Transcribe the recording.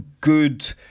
good